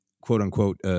quote-unquote